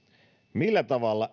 millä tavalla